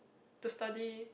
to study